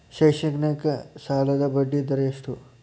ಶೈಕ್ಷಣಿಕ ಸಾಲದ ಬಡ್ಡಿ ದರ ಎಷ್ಟು?